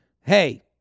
hey